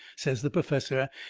says the perfessor,